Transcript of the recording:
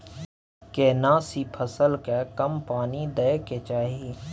केना सी फसल के कम पानी दैय के चाही?